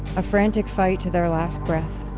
a frantic fight to their last breath.